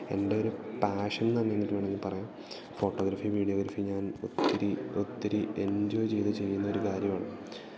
എൻ്റെ ഒരു പാഷൻ എന്ന് തന്നെ എന്നിട്ട് വേണമെങ്കിൽ പറയാം ഫോട്ടോഗ്രഫിയും വീഡിയോഗ്രഫിയും ഞാൻ ഒത്തിരി ഒത്തിരി എഞ്ചോയ് ചെയ്ത് ചെയ്യുന്ന ഒരു കാര്യവാണ്